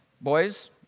Boys